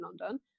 London